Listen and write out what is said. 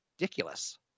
ridiculous